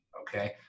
Okay